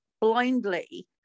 blindly